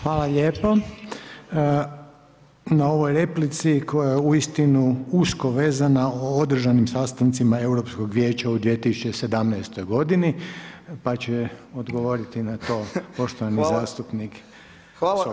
Hvala lijepo na ovoj replici koja je uistinu usko vezana o održanim sastancima Europskog vijeća u 2017. godini pa će odgovoriti na to poštovani zastupnik Sokol.